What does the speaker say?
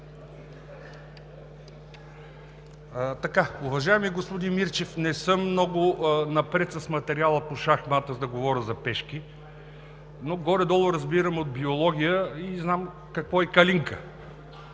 Уважаеми господин Мирчев, не съм много напред с материала по шахмат, за да говоря за пешки, но горе-долу разбирам от биология и знам какво е калинка.